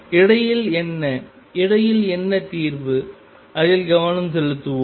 இடையில் என்ன இடையில் என்ன தீர்வு அதில் கவனம் செலுத்துவோம்